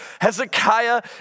Hezekiah